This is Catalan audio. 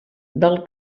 del